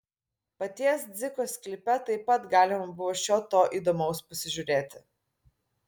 paties dziko sklype taip pat galima buvo šio to įdomaus pasižiūrėti